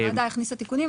כן, הוועדה הכניסה תיקונים.